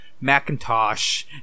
Macintosh